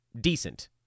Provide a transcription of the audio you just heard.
decent